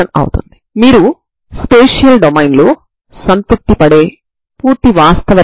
n123 కు నేను μnπb a విలువలను నిర్ణయిస్తాను సరేనా